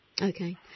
Okay